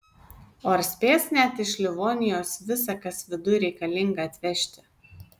o ar spės net iš livonijos visa kas viduj reikalinga atvežti